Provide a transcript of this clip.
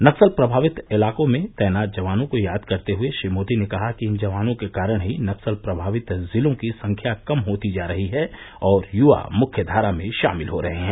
नक्सल प्रभावित इलाकों में तैनात जवानों को याद करते हुए श्री मोदी ने कहा कि इन जवानों के कारण ही नक्सल प्रभावित जिलों की संख्या कम होती जा रही है और युवा मुख्य धारा में शामिल हो रहे हैं